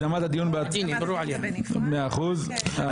התשפ"ג-2023.